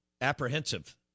apprehensive